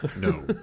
No